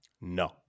No